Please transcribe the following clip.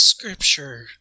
Scripture